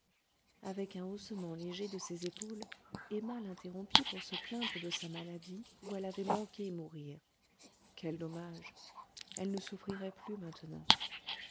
avec un haussement léger de ses épaules emma l'interrompit pour se plaindre de sa maladie où elle avait manqué mourir quel dommage elle ne souffrirait plus maintenant